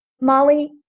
Molly